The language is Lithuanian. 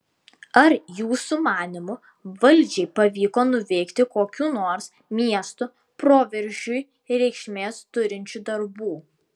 ar jūsų manymu valdžiai pavyko nuveikti kokių nors miesto proveržiui reikšmės turinčių darbų